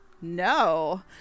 No